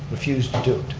refused to